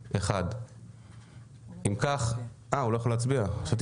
1. מי נמנע?